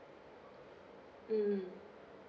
mm